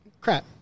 Crap